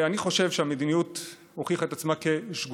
אני חושב שהמדיניות הוכיחה את עצמה כשגויה,